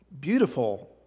Beautiful